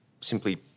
simply